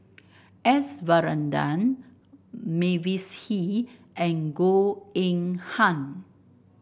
S Varathan Mavis Hee and Goh Eng Han